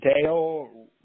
Dale